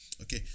Okay